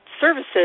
services